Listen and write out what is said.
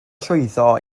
llwyddo